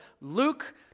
Luke